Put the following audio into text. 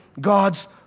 God's